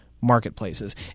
Marketplaces